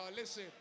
listen